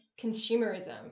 consumerism